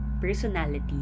personality